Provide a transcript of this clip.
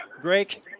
Greg